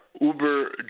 Uber